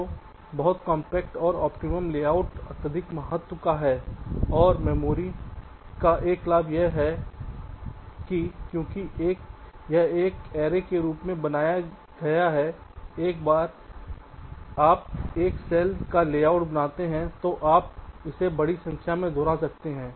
तो बहुत कॉम्पैक्ट और ऑप्टिमम लेआउट अत्यधिक महत्व का है और मेमोरी का एक लाभ यह है कि क्योंकि यह एक अरे के रूप में बनाया गई है एक बार जब आप एक सेल का लेआउट बनाते हैं तो आप इसे बड़ी संख्या में दोहरा सकते हैं